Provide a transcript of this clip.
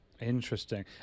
Interesting